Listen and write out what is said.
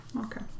Okay